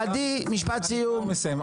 עדי, משפט סיום.